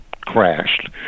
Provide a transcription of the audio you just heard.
crashed